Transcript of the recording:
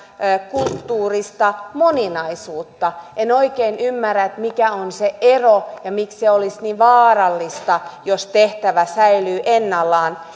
kulttuurista moninaisuutta en oikein ymmärrä mikä on se ero ja miksi se olisi niin vaarallista jos tehtävä säilyy ennallaan